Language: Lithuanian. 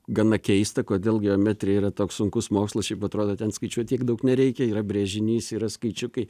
gana keista kodėl geometrija yra toks sunkus mokslas šiaip atrodo ten skaičiuot tiek daug nereikia yra brėžinys yra skaičiukai